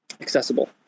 accessible